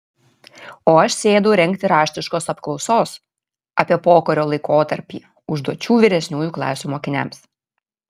o aš sėdau rengti raštiškos apklausos apie pokario laikotarpį užduočių vyresniųjų klasių mokiniams